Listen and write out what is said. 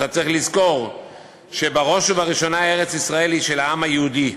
אתה צריך לזכור שבראש ובראשונה ארץ-ישראל היא של העם היהודי,